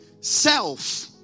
self